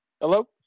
Hello